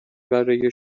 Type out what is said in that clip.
برای